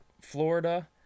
florida